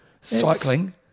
cycling